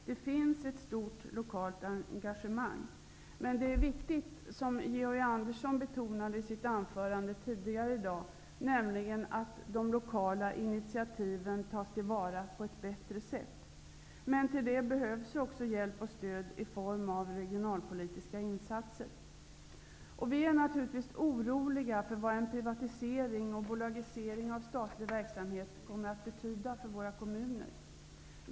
Det finns ett stort lokalt engagemang. Men det är viktigt, som Georg Andersson betonade i sitt anförande tidigare i dag, att de lokala initiativen tas tillvara på ett bättre sätt. Till det behövs också hjälp och stöd i form av regionalpolitiska insatser Vi är naturligtvis oroliga för vad en privatisering och bolagisering av statlig verksamhet kommer att betyda för våra kommuner.